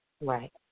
right